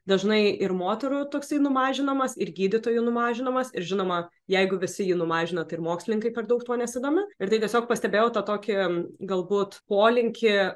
dažnai ir moterų toksai numažinamas ir gydytojų numažinamas ir žinoma jeigu visi jį numažina tai ir mokslininkai per daug tuo nesidomi ir tai tiesiog pastebėjau tą tokį galbūt polinkį